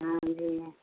आब भेलै